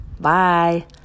bye